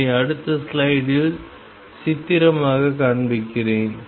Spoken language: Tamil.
இதை அடுத்த ஸ்லைடில் சித்திரமாக காண்பிக்கிறேன்